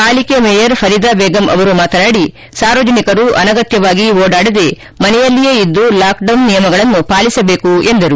ಪಾಲಿಕೆ ಮೇಯರ್ ಫರೀದಾ ಬೇಗಂ ಅವರು ಮಾತನಾಡಿ ಸಾರ್ವಜನಿಕರು ಅನಗತ್ಯವಾಗಿ ಓಡಾಡದೇ ಮನೆಯಲ್ಲಿಯೇ ಇದ್ದು ಲಾಕ್ಡೌನ್ ನಿಯಮಗಳನ್ನು ಪಾಲಿಸಬೇಕು ಎಂದರು